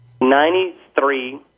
Ninety-three